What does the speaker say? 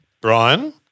Brian